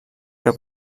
que